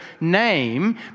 name